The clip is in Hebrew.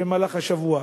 במהלך השבוע.